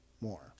more